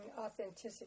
authenticity